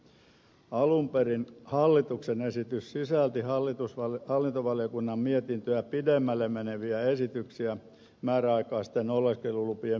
alun perin hallituksen esitys sisälsi hallintovaliokunnan mietintöä pidemmälle meneviä esityksiä määräaikaisten oleskelulupien myöntämisestä